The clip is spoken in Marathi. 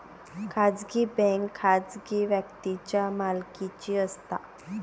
खाजगी बँक खाजगी व्यक्तींच्या मालकीची असता